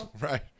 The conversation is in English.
right